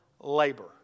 labor